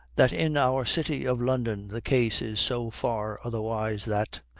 that in our city of london the case is so far otherwise that,